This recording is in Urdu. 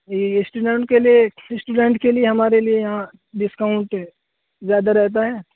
یہ اسٹوڈنٹ کے لیے اسٹوڈنٹ کے لیے ہمارے لیے یہاں ڈسکاؤنٹ زیادہ رہتا ہے